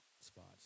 spots